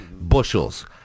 bushels